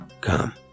Come